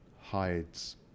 hides